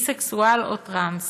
ביסקסואל או טרנס.